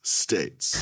states